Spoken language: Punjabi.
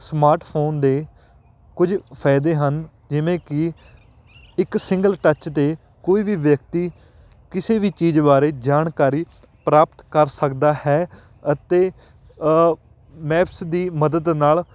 ਸਮਾਰਟਫੋਨ ਦੇ ਕੁਝ ਫਾਇਦੇ ਹਨ ਜਿਵੇਂ ਕਿ ਇੱਕ ਸਿੰਗਲ ਟੱਚ 'ਤੇ ਕੋਈ ਵੀ ਵਿਅਕਤੀ ਕਿਸੇ ਵੀ ਚੀਜ਼ ਬਾਰੇ ਜਾਣਕਾਰੀ ਪ੍ਰਾਪਤ ਕਰ ਸਕਦਾ ਹੈ ਅਤੇ ਮੈਪਸ ਦੀ ਮਦਦ ਨਾਲ